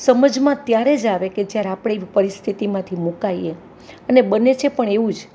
સમજમાં ત્યારે જ આવે કે જ્યારે આપણે ઇ પરિસ્થિતિમાંથી મૂકાઈએ અને બને છે પણ એવું જ